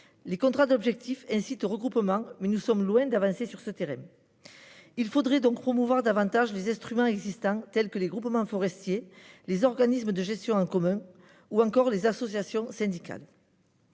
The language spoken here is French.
Les contrats d'objectifs incitent aux regroupements, mais nous sommes loin d'avancer sur ce terrain. Il faudrait promouvoir davantage les instruments existants tels que les groupements forestiers, les organismes de gestion en commun ou encore les organisations syndicales.